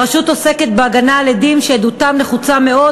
הרשות עוסקת בהגנה על עדים שעדותם נחוצה מאוד